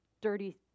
dirty